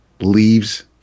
leaves